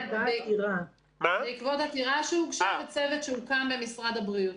זה היה בעקבות עתירה שהוגשה וצוות שהוקם במשרד הבריאות.